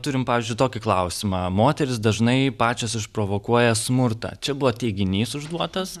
turim pavyzdžiui tokį klausimą moterys dažnai pačios išprovokuoja smurtą čia buvo teiginys užduotas